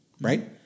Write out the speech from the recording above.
Right